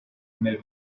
nel